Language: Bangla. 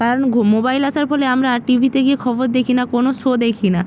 কারণ মোবাইল আসার ফলে আমরা আর টি ভিতে গিয়ে খবর দেখি না কোনো শো দেখি না